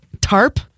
tarp